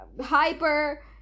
hyper